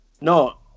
No